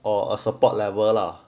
or a support level lah